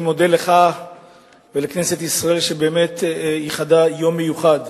אני מודה לך ולכנסת ישראל שייחדה יום מיוחד